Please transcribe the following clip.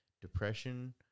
depression